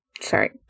Sorry